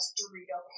Dorito